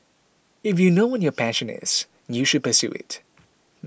if you know what your passion is you should pursue it